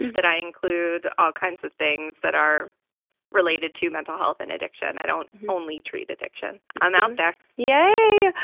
that i include all kinds of things that are related to mental health and addiction. i don't only treat addiction, i'm out there. ah, yay.